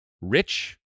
rich